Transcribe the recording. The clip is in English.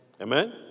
Amen